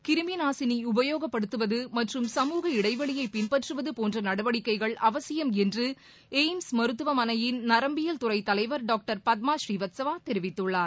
கிருமிநாசினி உபயோகப்படுத்துவது மற்றும் சமூக இடைவெளியை பின்பற்றுவது போன்ற நடவடிக்கைகள் அவசியம் என்று எய்ம்ஸ்ம் மருத்துவமனையின் நரம்பியல் துறைத் தலைவர் டாக்டர் பத்மாஸ்ரீவஸ்த்தவா தெரிவித்துள்ளார்